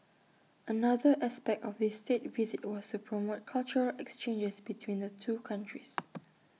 another aspect of this State Visit was to promote cultural exchanges between the two countries